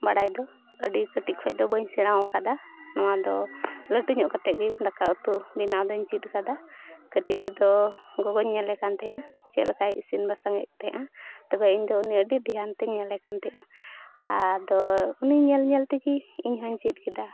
ᱵᱟᱲᱟᱭ ᱫᱚ ᱟᱹᱰᱤ ᱠᱟᱹᱴᱤᱡ ᱠᱷᱚᱱ ᱫᱚ ᱵᱟᱹᱧ ᱥᱮᱬᱟᱣ ᱠᱟᱫᱟ ᱱᱚᱣᱟ ᱫᱚ ᱞᱟᱹᱴᱩ ᱧᱚᱜ ᱠᱟᱛᱮᱫ ᱜᱮ ᱫᱟᱠᱟ ᱩᱛᱩ ᱵᱮᱱᱟᱣ ᱫᱚᱧ ᱪᱮᱫ ᱠᱟᱫᱟ ᱠᱟᱹᱴᱤᱡ ᱨᱮᱫᱚ ᱜᱚᱜᱚᱧ ᱧᱮᱞᱮ ᱠᱟᱱ ᱛᱟᱦᱮᱱᱟ ᱪᱮᱫ ᱞᱮᱠᱟᱭ ᱤᱥᱤᱱ ᱵᱟᱥᱟᱝᱮᱫ ᱛᱟᱦᱮᱱᱟ ᱛᱚᱵᱮ ᱤᱧᱫᱚ ᱩᱱᱤ ᱟᱹᱰᱤ ᱫᱷᱮᱭᱟᱱ ᱛᱤᱧ ᱧᱮᱞᱮ ᱠᱟᱱ ᱛᱟᱦᱮᱸᱫᱼᱟ ᱟᱫᱚ ᱩᱱᱤ ᱧᱮᱞ ᱧᱮᱞ ᱛᱮᱜᱮ ᱤᱧ ᱦᱚᱸᱧ ᱪᱮᱫ ᱠᱮᱫᱟ